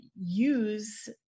use